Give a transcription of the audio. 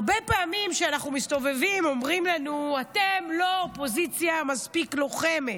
הרבה פעמים כשאנחנו מסתובבים אומרים לנו: אתם לא אופוזיציה מספיק לוחמת,